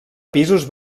pisos